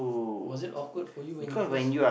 was it awkward for you when you first